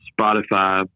Spotify